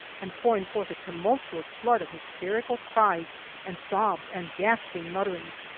and pouring forth a tumultuous flood of hysterical cries and sobs and gasping mutterings.